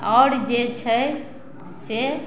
आओर जे छै से